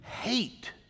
hate